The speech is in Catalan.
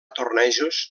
tornejos